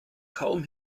kaum